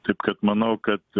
taip kad manau kad